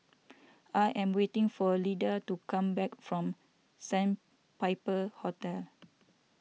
I am waiting for Lida to come back from Sandpiper Hotel